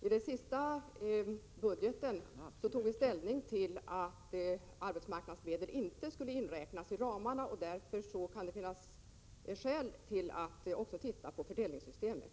I den senaste budgeten fastslogs att arbetsmarknadsmedel inte skulle räknas in i ramarna. Därför kan det finnas skäl att också se över fördelningssystemet.